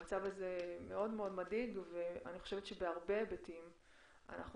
המצב הזה מאוד-מאוד מדאיג ואני חושבת שבהיבטים רבים